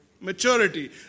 maturity